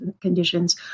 conditions